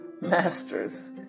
masters